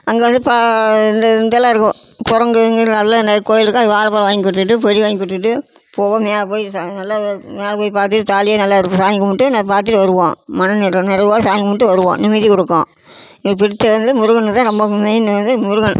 அங்கே வந்து பா இந்த இதெல்லாம் இருக்கும் குரங்குங்க நல்லா ந கோவில் இருக்கும் அதுக்கு வாழைப் பழம் வாங்கி கொடுத்துட்டு பொரி வாங்கி கொடுத்துட்டு போவோம் மேலே போய் சாமி நல்லா வே மேலே போய் பார்த்துட்டு ஜாலியாக நல்லா இருக்கும் சாமி கும்பிட்டு நல்லா பார்த்துட்டு வருவோம் மனநிறை நிறைவோடு சாமி கும்பிட்டு வருவோம் நிம்மதி கொடுக்கும் எனக்கு பிடித்தது வந்து முருகன் தான் நமக்கு மெயின்னு வந்து முருகன்